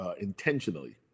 intentionally